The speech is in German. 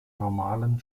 normalen